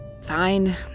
Fine